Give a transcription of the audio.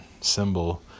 symbol